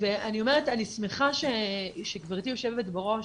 - ואני אומרת אני שמחה שגברתי יושבת בראש,